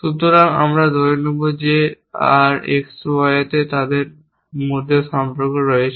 সুতরাং আমরা ধরে নেব যে RXY এ তাদের মধ্যে সম্পর্ক রয়েছে